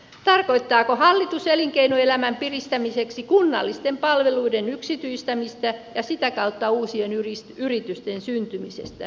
tarkoittaako hallitus elinkeinoelämän piristämiseksi kunnallisten palveluiden yksityistämistä ja sitä kautta uusien yritysten syntymistä